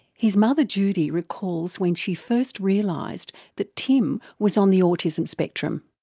his mother judy recalls when she first realised that tim was on the autism spectrum.